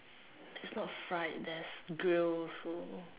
it's not fried there's grill also